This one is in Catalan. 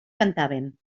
cantaven